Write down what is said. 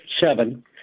seven